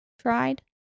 tried